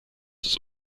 des